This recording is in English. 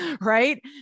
Right